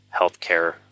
healthcare